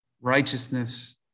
Righteousness